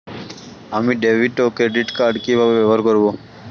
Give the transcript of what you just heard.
আমি ডেভিড ও credit card কি কিভাবে ব্যবহার করব?